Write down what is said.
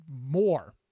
more